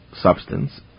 substance